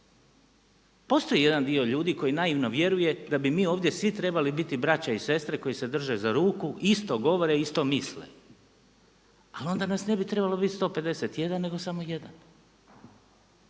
Postoji jedan dio ljudi koji naivno vjeruje da bi mi ovdje svi trebali biti braća i sestre koji se drže za ruku, isto govore i isto misle, ali onda nas ne bi trebalo biti 151 nego samo jedan.